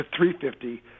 350